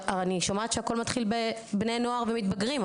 אני שומעת שהכול מתחיל בבני נוער ומתבגרים,